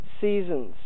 seasons